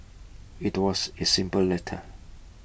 IT was A simple letter